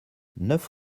neuf